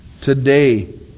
Today